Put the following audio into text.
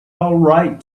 alright